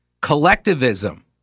Collectivism